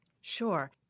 Sure